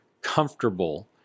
comfortable